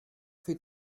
für